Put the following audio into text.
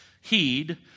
heed